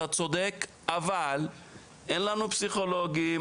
אתה צודק אבל אין לנו פסיכולוגים,